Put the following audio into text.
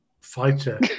fighter